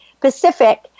Pacific